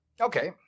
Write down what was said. Okay